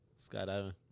skydiving